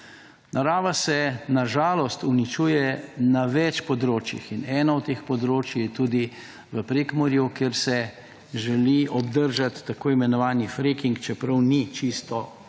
Narava se na žalost uničuje na več področjih. In eno od teh področij je tudi v Prekmurju, kjer se želi obdržati tako imenovani fracking, čeprav ni čisto enak